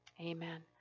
Amen